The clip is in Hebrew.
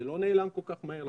זה לא נעלם כל כך מהר,